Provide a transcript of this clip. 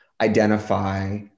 identify